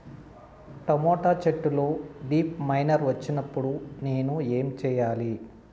Tomato చెట్టులో leaf miner వచ్చినప్పుడు నేను ఏమి చెయ్యాలి?